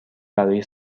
برای